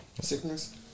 Sickness